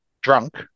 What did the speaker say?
drunk